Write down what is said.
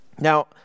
Now